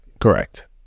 Correct